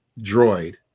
droid